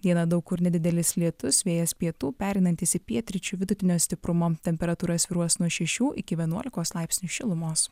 dieną daug kur nedidelis lietus vėjas pietų pereinantis į pietryčių vidutinio stiprumo temperatūra svyruos nuo šešių iki vienuolikos laipsnių šilumos